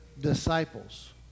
disciples